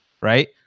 right